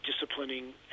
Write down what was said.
disciplining